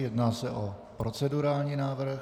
Jedná se o procedurální návrh.